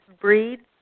breeds